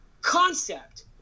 concept